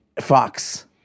Fox